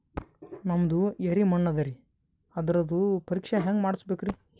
ನಮ್ದು ಎರಿ ಮಣ್ಣದರಿ, ಅದರದು ಪರೀಕ್ಷಾ ಹ್ಯಾಂಗ್ ಮಾಡಿಸ್ಬೇಕ್ರಿ?